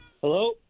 Hello